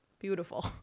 beautiful